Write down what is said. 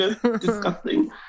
disgusting